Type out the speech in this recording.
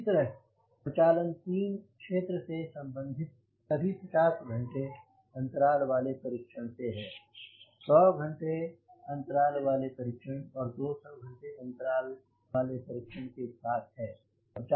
इसी तरह प्रचालन 3 क्षेत्र से संबंधित सभी 50 घंटे अंतराल वाले परीक्षण से है 100 घंटे अंतराल वाले परीक्षण और 200 घंटे अंतराल वाले परीक्षण के साथ है